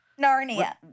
Narnia